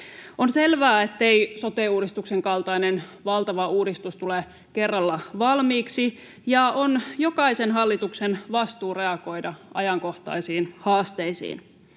On selvää, ettei sote-uudistuksen kaltainen valtava uudistus tule kerralla valmiiksi, ja on jokaisen hallituksen vastuu reagoida ajankohtaisiin haasteisiin.